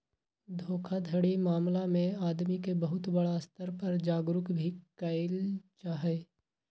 धोखाधड़ी मामला में आदमी के बहुत बड़ा स्तर पर जागरूक भी कइल जाहई